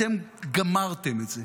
אתם גמרתם את זה.